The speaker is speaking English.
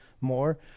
more